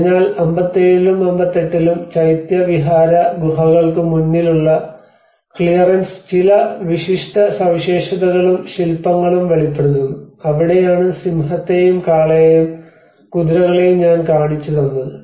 അതിനാൽ 57 ലും 58 ലും ചൈത്യ വിഹാര ഗുഹകൾക്ക് മുന്നിലുള്ള ക്ലിയറൻസ് ചില വിശിഷ്ഠ സവിശേഷതകളും ശില്പങ്ങളും വെളിപ്പെടുത്തുന്നു അവിടെയാണ് സിംഹത്തെയും കാളയെയും കുതിരകളെയും ഞാൻ കാണിച്ചുതന്നത്